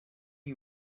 are